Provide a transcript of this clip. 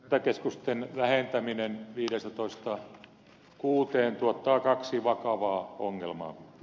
hätäkeskusten vähentäminen viidestätoista kuuteen tuottaa kaksi vakavaa ongelmaa